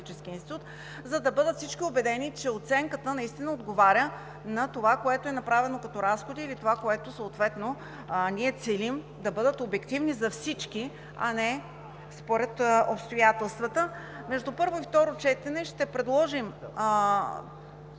за да бъдат всички убедени, че оценката отговаря на това, което е направено като разходи или това, което съответно ние целим – да бъдат обективни за всички, а не според обстоятелствата. Между първо и второ четене ще предложим